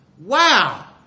Wow